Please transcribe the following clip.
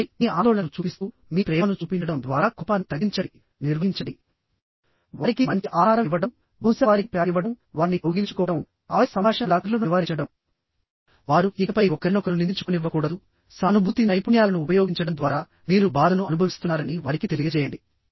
ఆపై మీ ఆందోళనను చూపిస్తూ మీ ప్రేమను చూపించడం ద్వారా కోపాన్ని తగ్గించండి నిర్వహించండి వారికి మంచి ఆహారం ఇవ్వడం బహుశా వారికి ప్యాట్ ఇవ్వడం వారిని కౌగిలించుకోవడం ఆపై సంభాషణ బ్లాకర్లు ను నివారించడం వారు ఇకపై ఒకరినొకరు నిందించుకోనివ్వకూడదు సానుభూతి నైపుణ్యాలను ఉపయోగించడం ద్వారా మీరు బాధను అనుభవిస్తున్నారని వారికి తెలియజేయండి